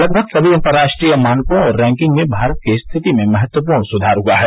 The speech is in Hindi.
लगभग सभी अंतर्राष्ट्रीय मानकों और रैंकिंग में भारत की स्थिति में महत्वपूर्ण सुधार हुआ है